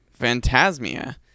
phantasmia